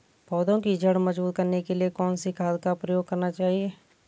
पौधें की जड़ मजबूत करने के लिए कौन सी खाद का प्रयोग करना चाहिए?